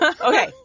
Okay